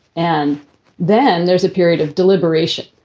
and then there's a period of deliberation.